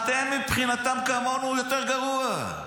אתם מבחינתם כמונו או יותר גרוע.